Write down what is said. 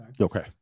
Okay